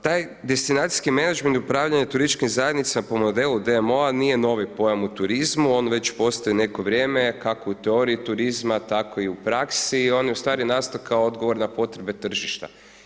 Taj destinacijski menadžment i upravljanje turističkim zajednicama po modelu DMO-a, nije novi pojam u turizmu, on već postoji neko vrijeme, kako u teoriji turizma, tako i u praksi, i on je u stvari nastao kao odgovor na potrebe tržišta.